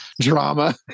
drama